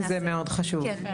זה מאוד חשוב.